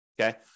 okay